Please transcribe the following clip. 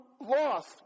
lost